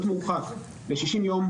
להיות מורחק לששים יום,